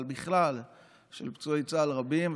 אבל בכלל של פצועי צה"ל רבים,